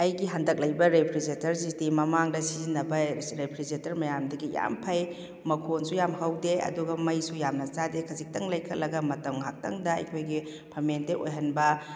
ꯑꯩꯒꯤ ꯍꯟꯗꯛ ꯂꯩꯕ ꯔꯦꯐ꯭ꯔꯤꯖꯔꯦꯇꯔ ꯁꯤꯗꯤ ꯃꯃꯥꯡꯗ ꯁꯤꯖꯤꯟꯅꯕ ꯔꯦꯐ꯭ꯔꯤꯖꯔꯦꯇꯔ ꯃꯌꯥꯝꯗꯒꯤ ꯌꯥꯝ ꯐꯩ ꯃꯈꯣꯟꯁꯨ ꯌꯥꯝ ꯍꯧꯗꯦ ꯑꯗꯨꯒ ꯃꯩꯁꯨ ꯌꯥꯝꯅ ꯆꯥꯗꯦ ꯈꯖꯤꯛꯇꯪ ꯂꯩꯈꯠꯂꯒ ꯃꯇꯝ ꯉꯥꯏꯍꯥꯛꯇꯪꯗ ꯑꯩꯈꯣꯏꯒꯤ ꯐꯔꯃꯦꯟꯇꯦꯠ ꯑꯣꯏꯍꯟꯕ